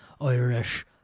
Irish